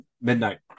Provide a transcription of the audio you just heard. midnight